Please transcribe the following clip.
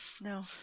no